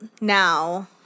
now